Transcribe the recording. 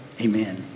amen